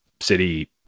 city